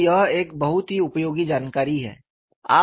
तो यह एक बहुत ही उपयोगी जानकारी है